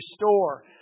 restore